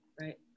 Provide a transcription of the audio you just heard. Right